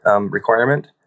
requirement